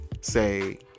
say